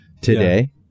today